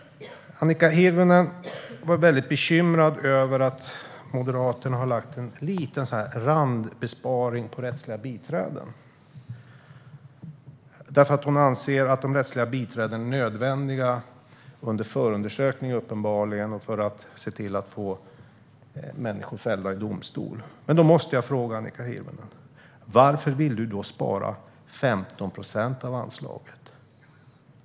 Annika Hirvonen Falk var väldigt bekymrad över att Moderaterna har gjort en liten randbesparing på rättsliga biträden, eftersom hon anser att de rättsliga biträdena uppenbarligen är nödvändiga under förundersökningar och för att få människor fällda i domstol. Då måste jag fråga Annika Hirvonen Falk: Varför vill ni då spara 15 procent av anslaget?